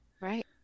Right